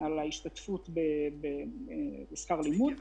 על ההשתתפות בשכר הלימוד.